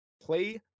play